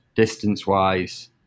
distance-wise